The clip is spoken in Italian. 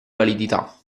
validità